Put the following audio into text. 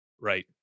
right